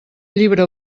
llibre